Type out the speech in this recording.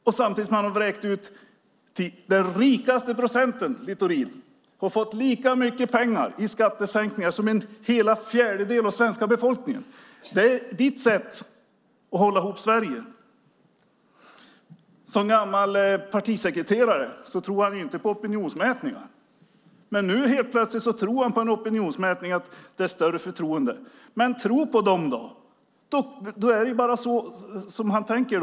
Och samtidigt har den rikaste procenten, Littorin, fått lika mycket pengar i skattesänkningar som en fjärdedel av den svenska befolkningen. Det är Littorins sätt att hålla ihop Sverige. Som gammal partisekreterare tror han inte på opinionsmätningar. Men nu tror han helt plötsligt på en opinionsmätning om att det finns större förtroende. Men tro på dem då! Då är det bara så som han tänker.